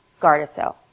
Gardasil